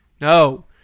No